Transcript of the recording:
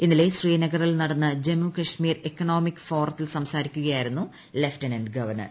ഇന്നലെ ശ്രീനഗറിൽ നടന്ന ജമ്മു കശ്മീർ ഇക്കണോമിക്ക് ഫോറത്തിൽ സംസാരിക്കുകയായിരുന്നു ലഫ്റ്റനന്റ് ഗവർണർ